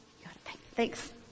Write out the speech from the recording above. thanks